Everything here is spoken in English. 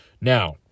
Now